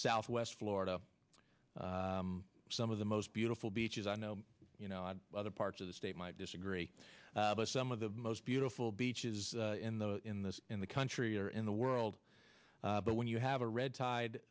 southwest florida some of the most beautiful beaches i know you know other parts of the state might disagree but some of the most beautiful beaches in the in the in the country are in the world but when you have a red tide